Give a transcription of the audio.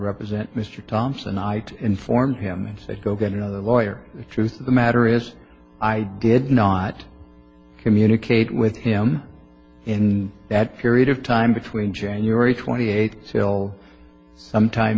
represent mr thompson i informed him and said go get another lawyer the truth of the matter is i did not communicate with him in that period of time between january twenty eighth till some time